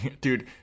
dude